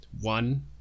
One